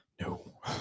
No